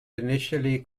initially